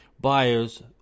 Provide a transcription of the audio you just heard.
buyers